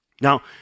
Now